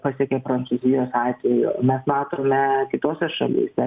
pasiekė prancūzijos atveju mes matome kitose šalyse